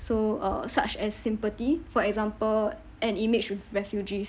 so uh such as sympathy for example an image with refugees